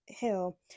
hell